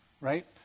right